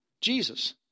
Jesus